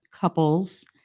couple's